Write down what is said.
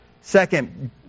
Second